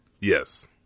Yes